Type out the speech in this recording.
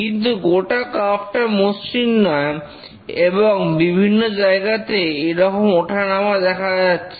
কিন্তু গোটা কার্ভটা মসৃণ নয় এবং বিভিন্ন জায়গাতেই এইরকম ওঠানামা দেখা যাচ্ছে